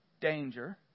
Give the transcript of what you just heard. danger